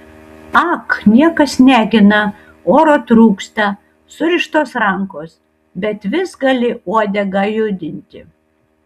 ak niekas negina oro trūksta surištos rankos bet vis gali uodegą judinti